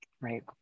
Right